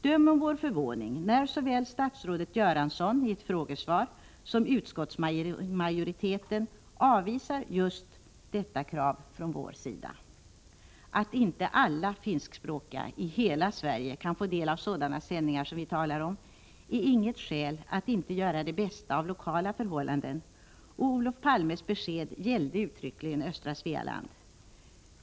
Döm om vår förvåning när såväl statsrådet Göransson i ett frågesvar som utskottsmajoriteten avvisar just detta krav från vår sida. Det förhållandet att inte alla finskspråkiga i hela Sverige kan få del av sådana sändningar som vi talar om är inget skäl att inte göra det bästa av lokala förhållanden, och Olof Palmes besked gäller uttryckligen östra Svealand.